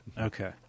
Okay